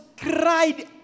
cried